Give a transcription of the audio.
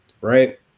Right